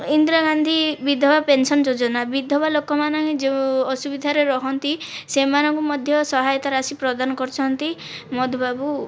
ଇନ୍ଦିରା ଗାନ୍ଧୀ ବିଧବା ପେନସନ୍ ଯୋଜନା ବିଧବା ଲୋକମାନେ ଯେଉଁ ଅସୁବିଧାରେ ରହନ୍ତି ସେମାନଙ୍କୁ ମଧ୍ୟ ସହାୟତା ରାଶି ପ୍ରଦାନ କରୁଛନ୍ତି ମଧୁବାବୁ